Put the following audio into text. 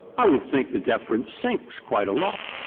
i would think the deference sinks quite a lot,